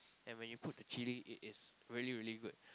and when you put the chili it is really really good